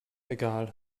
egal